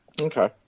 Okay